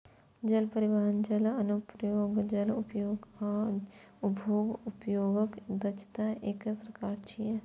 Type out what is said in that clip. जल परिवहन, जल अनुप्रयोग, जल उपयोग आ उपभोग्य उपयोगक दक्षता एकर प्रकार छियै